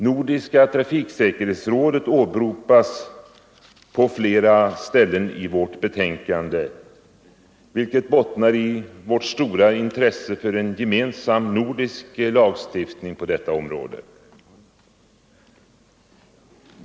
Nordiska trafiksäkerhetsrådet åberopas på flera ställen i vårt betänkande, vilket bottnar i vårt stora intresse för en gemensam nordisk lagstiftning på detta område.